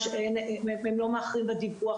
הם לא מאחרים בדיווח,